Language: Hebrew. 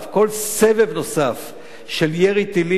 כל סבב נוסף של ירי טילים,